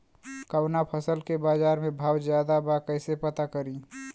कवना फसल के बाजार में भाव ज्यादा बा कैसे पता करि?